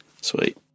Sweet